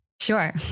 Sure